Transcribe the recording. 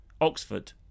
Oxford